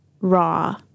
raw